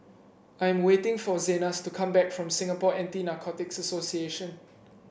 I am waiting for Zenas to come back from Singapore Anti Narcotics Association